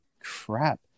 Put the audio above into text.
crap